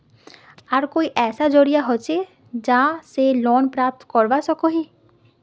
आर कोई ऐसा जरिया होचे जहा से लोन प्राप्त करवा सकोहो ही?